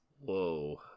Whoa